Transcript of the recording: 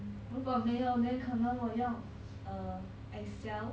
如果没有 leh 可能我用 err excel